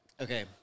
Okay